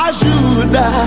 Ajuda